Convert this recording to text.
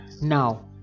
now